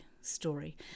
story